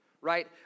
right